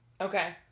Okay